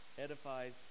edifies